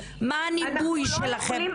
מה הניבוי שלכם?